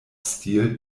stil